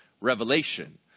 revelation